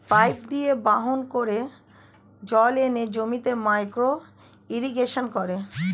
pipe দিয়ে বাহন করে জল এনে জমিতে মাইক্রো ইরিগেশন করে